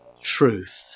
truth